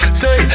say